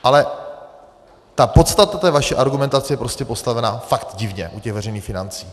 Ale podstata té vaší argumentace je prostě postavená fakt divně u těch veřejných financí.